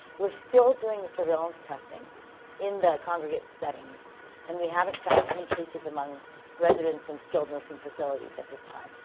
we're still doing the surveillance testing in the congregate settings and we haven't found any cases among residents in skilled nursing facilities at this time,